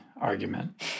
argument